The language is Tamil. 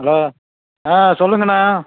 ஹலோ ஆ சொல்லுங்கணா